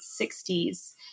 60s